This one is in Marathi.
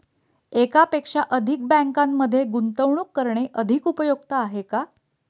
एकापेक्षा अधिक बँकांमध्ये गुंतवणूक करणे अधिक उपयुक्त आहे का?